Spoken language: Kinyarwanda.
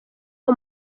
uwo